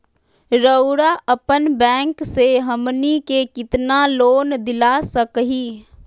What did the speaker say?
रउरा अपन बैंक से हमनी के कितना लोन दिला सकही?